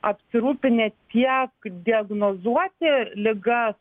apsirūpinę tiek diagnozuoti ligas